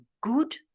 good